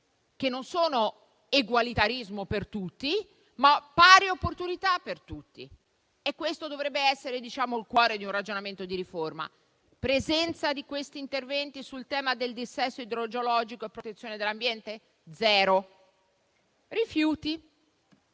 che non sono egualitarismo per tutti, ma sono pari opportunità per tutti. Questo dovrebbe essere il cuore di un ragionamento di riforma. Presenza di questi interventi in tema di dissesto idrogeologico e protezione dell'ambiente? Zero. Passo